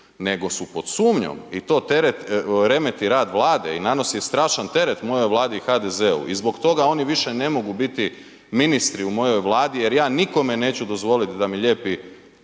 nego su pod sumnjom i to remeti rad Vlade i nanosi strašan teret mojoj Vladi i HDZ-u i zbog toga oni više ne mogu biti ministri u mojoj Vladi jer ja nikome neću dozvoliti da mi lijepi